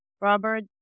Robert